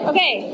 Okay